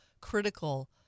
critical